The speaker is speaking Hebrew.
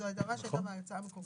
זאת הגדרה שהייתה בהצעה המקורית.